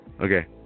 Okay